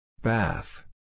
Bath